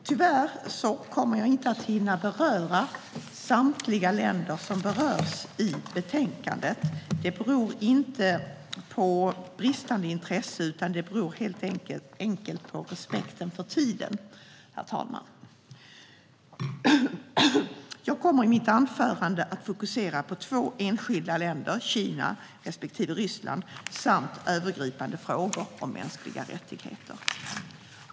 Tyvärr kommer jag inte att hinna beröra samtliga länder som tas upp i betänkandet. Det beror inte på bristande intresse utan på respekt för kammarens tid, herr talman. Jag kommer i mitt anförande att fokusera på två enskilda länder, Kina och Ryssland, samt övergripande frågor om mänskliga rättigheter.